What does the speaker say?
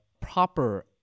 proper